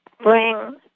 bring